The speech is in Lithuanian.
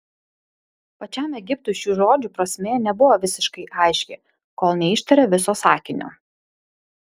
pačiam egiptui šių žodžių prasmė nebuvo visiškai aiški kol neištarė viso sakinio